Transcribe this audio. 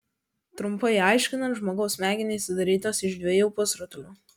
trumpai aiškinant žmogaus smegenys sudarytos iš dviejų pusrutulių